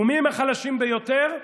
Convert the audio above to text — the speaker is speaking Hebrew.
ומי הם החלשים ביותר?